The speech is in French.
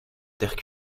terres